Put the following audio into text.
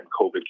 COVID